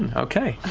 and okay.